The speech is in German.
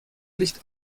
licht